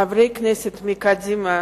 חברי כנסת מקדימה